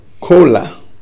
cola